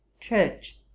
church